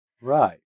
Right